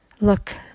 look